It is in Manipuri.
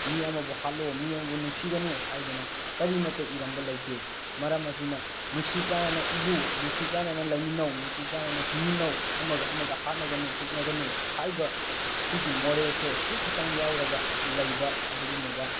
ꯃꯤ ꯑꯃꯕꯨ ꯍꯥꯠꯂꯣ ꯃꯤ ꯑꯃꯕꯨ ꯅꯨꯡꯁꯤꯒꯅꯨ ꯍꯥꯏꯗꯅ ꯀꯔꯤꯃꯠꯇ ꯏꯔꯝꯕ ꯂꯩꯇꯦ ꯃꯔꯝ ꯑꯁꯤꯅ ꯅꯨꯡꯁꯤ ꯆꯥꯟꯅꯅ ꯏꯌꯨ ꯅꯨꯡꯁꯤ ꯆꯥꯟꯅꯅ ꯂꯩꯃꯤꯟꯅꯧ ꯅꯨꯡꯁꯤ ꯆꯥꯟꯅꯅ ꯍꯤꯡꯃꯤꯟꯅꯧ ꯑꯃꯒ ꯑꯃꯒ ꯍꯥꯠꯅꯒꯅꯨ ꯇꯨꯞꯅꯒꯅꯨ ꯍꯥꯏꯕ ꯁꯤꯒꯤ ꯃꯣꯔꯦꯜꯁꯦ ꯁꯤꯈꯛꯇꯪ ꯌꯥꯎꯔꯒ ꯂꯩꯕ ꯑꯗꯨꯒꯨꯝꯃꯕ